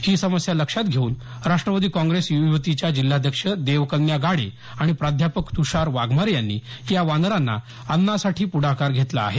ही समस्या लक्षात घेवून राष्ट्रवादी काँग्रेस युवतीच्या जिल्हाध्यक्ष देवकन्या गाडे आणि प्राध्यापक तुषार वाघमारे यांनी या वानरांना अन्नासाठी पुढाकार घेतला आहे